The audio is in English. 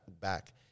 back